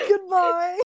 Goodbye